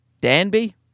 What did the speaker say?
Danby